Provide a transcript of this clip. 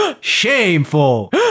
Shameful